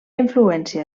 influència